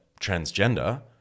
transgender